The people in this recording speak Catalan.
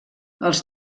els